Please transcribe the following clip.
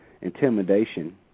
intimidation